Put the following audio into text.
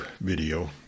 video